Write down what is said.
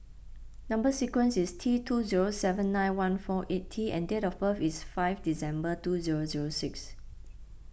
Number Sequence is T two zero seven nine one four eight T and date of birth is five December two zero zero six